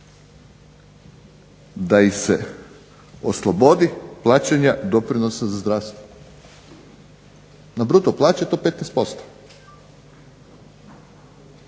da ih se oslobodi plaćanja doprinosa za zdravstvo na bruto plaće do 15%.